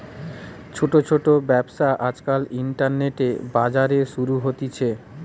ছোট ছোট ব্যবসা আজকাল ইন্টারনেটে, বাজারে শুরু হতিছে